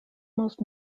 most